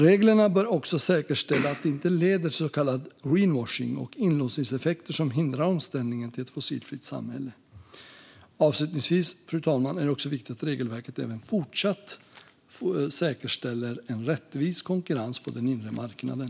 Reglerna bör också säkerställa att det inte leder till så kallad greenwashing och inlåsningseffekter som hindrar omställningen till ett fossilfritt samhälle. Avslutningsvis, fru talman, är det också viktigt att regelverket även fortsatt säkerställer en rättvis konkurrens på den inre marknaden.